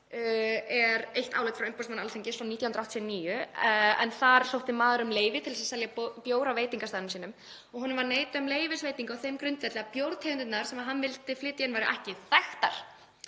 er eitt álit frá umboðsmanni Alþingis frá 1989, en þar sótti maður um leyfi til þess að selja bjór á veitingastaðnum sínum og honum var neitað um leyfisveitingu á þeim grundvelli að bjórtegundirnar sem hann vildi flytja inn væru ekki þekktar.